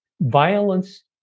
Violence